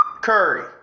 Curry